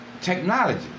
technology